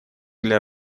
для